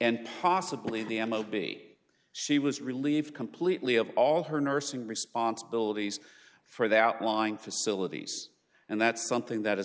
and possibly the m o be she was relieved completely of all her nursing responsibilities for the outlying facilities and that's something that